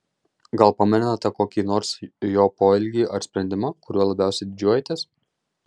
gal pamenate kokį nors jo poelgį ar sprendimą kuriuo labiausiai didžiuojatės